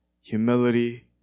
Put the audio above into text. humility